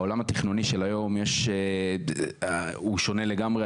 בעולם התכנוני של היום הוא שונה לגמרי,